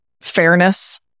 fairness